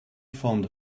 fond